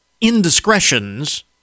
indiscretions